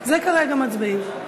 על זה כרגע מצביעים.